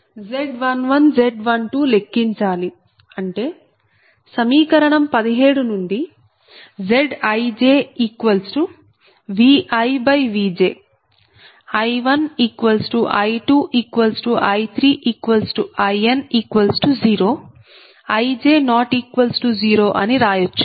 Z11Z12 లెక్కించాలి అంటే సమీకరణం 17 నుండి ZijViVj|I1I2I3In0 Ij≠0 అని రాయచ్చు